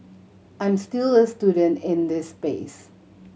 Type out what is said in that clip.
I'm still a student in this space